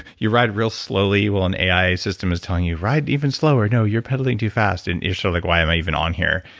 you ride real slowly, while an ai system is telling you, ride even slower. no, you're pedaling too fast. and you're still like, why am i even on here?